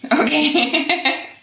Okay